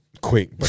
Quick